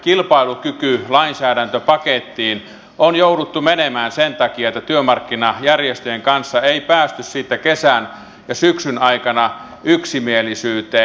tähän kilpailukykylainsäädäntöpakettiin on jouduttu menemään sen takia että työmarkkinajärjestöjen kanssa ei päästy siitä kesän ja syksyn aikana yksimielisyyteen